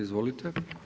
Izvolite.